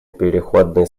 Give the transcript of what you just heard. переходный